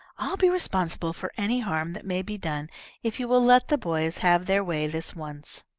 i'll be responsible for any harm that may be done if you will let the boys have their way this once.